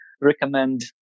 recommend